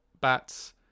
bats